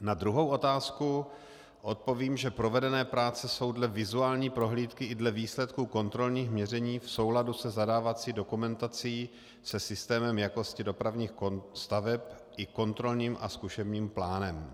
Na druhou otázku odpovím, že provedené práce jsou dle vizuální prohlídky i dle výsledku kontrolních měření v souladu se zadávací dokumentací se systémem jakosti dopravních staveb, i kontrolním a zkušebním plánem.